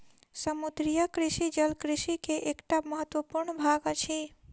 समुद्रीय कृषि जल कृषि के एकटा महत्वपूर्ण भाग अछि